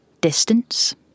distance